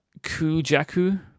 Kujaku